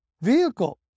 vehicle